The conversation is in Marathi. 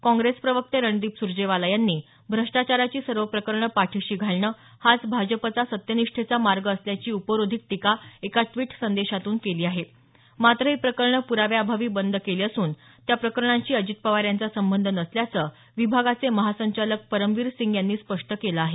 काँग्रेस प्रवक्ते रणदीप सुरजेवाला यांनी भ्रष्टाचाराची सर्व प्रकरणं पाठिशी घालणं हाच भाजपचा सत्यनिष्ठेचा मार्ग असल्याची उपरोधिक टीका एका ट्वीट संदेशातून केली आहे मात्र ही प्रकरणं पुराव्याअभावी बंद केली असून त्या प्रकरणांशी अजित पवार यांचा संबंध नसल्याचं विभागाचे महासंचालक परमवीर सिंग यांनी स्पष्ट केलं आहे